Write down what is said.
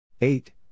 eight